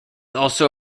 also